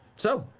so!